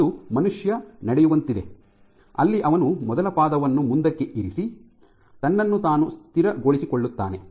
ಅದು ಮನುಷ್ಯ ನಡೆಯುವಂತಿದೆ ಅಲ್ಲಿ ಅವನು ಮೊದಲ ಪಾದವನ್ನು ಮುಂದಕ್ಕೆ ಇರಿಸಿ ತನ್ನನ್ನು ತಾನು ಸ್ಥಿರಗೊಳಿಸಿಕೊಳ್ಳುತ್ತಾನೆ